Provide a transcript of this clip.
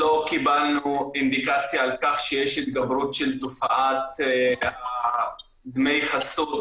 לא קיבלנו אינדיקציה על כך שיש התגברות של תופעת דמי החסות